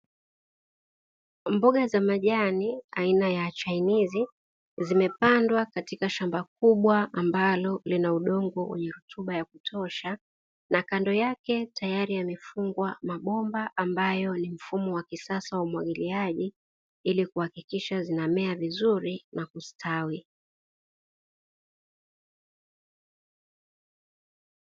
Mboga za majani aina ya chainisi zimepandwa katika shamba kubwa ambalo lina udongo wenye rotuba ya kutosha, na kando yake teyari yamefungwa mabomba ambayo ni mfumo wa kisasa wa umwagiliaji ili kuhakikisha zinamea vizuri na kustawi.